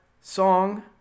song